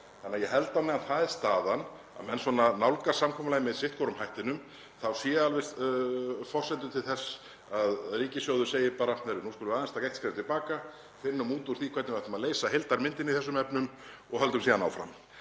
Þannig að ég held á meðan það er staðan að menn nálgast samkomulagið með sitt hvorum hættinum þá séu forsendur til þess að ríkissjóður segi bara: Heyrðu, nú skulum aðeins taka eitt skref til baka, finnum út úr því hvernig við ættum að leysa heildarmyndina í þessum efnum og höldum síðan áfram.